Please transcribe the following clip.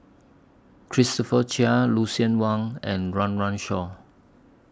Christopher Chia Lucien Wang and Run Run Shaw